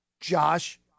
Josh